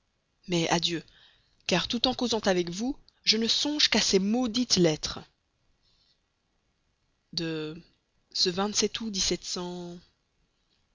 mais adieu car tout en causant avec vous je ne songe qu'à ces maudites lettres de ce août